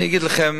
אני אגיד לכם